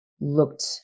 looked